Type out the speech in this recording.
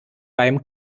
beim